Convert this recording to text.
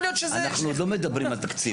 אנחנו עוד לא מדברים על תקציב.